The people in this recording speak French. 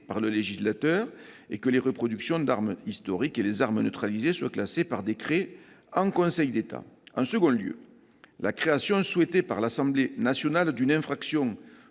par le législateur et que les reproductions d'armes historiques et les armes neutralisées soient classées par décret en Conseil d'État. Deuxièmement, la création, souhaitée par l'Assemblée nationale, d'une infraction